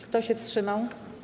Kto się wstrzymał?